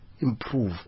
improve